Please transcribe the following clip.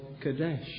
Kadesh